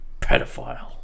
pedophile